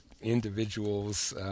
individuals